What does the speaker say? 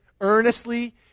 Earnestly